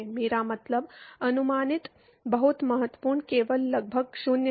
मेरा मतलब अनुमानित बहुत महत्वपूर्ण केवल लगभग 0 है